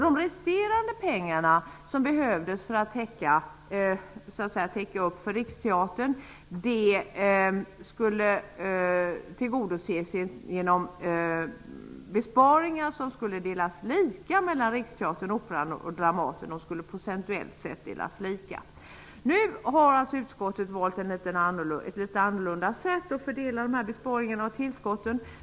De resterande pengar som behövdes för att täcka upp kostnaderna för Riksteatern skulle man få genom besparingar som skulle procentuellt sett delas lika mellan Nu har utskottet valt ett litet annorlunda sätt att fördela dessa besparingar och tillskott.